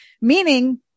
meaning